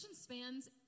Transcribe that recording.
spans